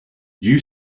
you